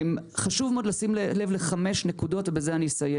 חשוב מאוד לשים לב לחמש נקודות, ובזה אני אסיים.